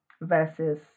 versus